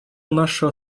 нашего